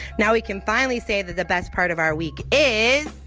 now we can finally say that the best part of our week is.